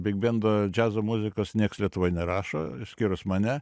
bigbendo džiazo muzikos nieks lietuvoj nerašo išskyrus mane